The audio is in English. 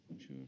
sure